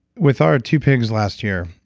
with our two pigs last year,